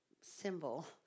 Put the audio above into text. symbol